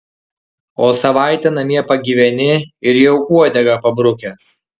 o savaitę namie pagyveni ir jau uodegą pabrukęs